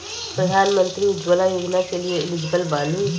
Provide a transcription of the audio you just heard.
प्रधानमंत्री उज्जवला योजना के लिए एलिजिबल बानी?